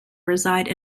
reside